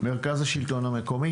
עיריית טבריה, מרכז השלטון המקומי,